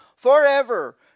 forever